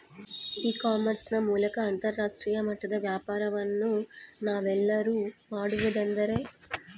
E commerce ನ ಮೂಲಕ ಅಂತರಾಷ್ಟ್ರೇಯ ಮಟ್ಟದ ವ್ಯಾಪಾರವನ್ನು ನಾವೆಲ್ಲರೂ ಮಾಡುವುದೆಂದರೆ?